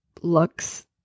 looks